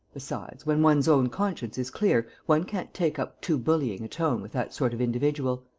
besides, when one's own conscience is clear, one can't take up too bullying a tone with that sort of individual.